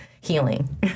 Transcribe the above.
healing